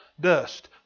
Dust